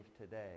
today